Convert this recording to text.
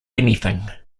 anything